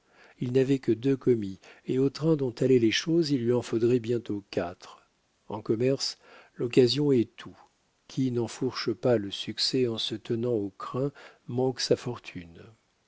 il n'avait que deux commis et au train dont allaient les choses il lui en faudrait bientôt quatre en commerce l'occasion est tout qui n'enfourche pas le succès en se tenant aux crins manque sa fortune